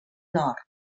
nord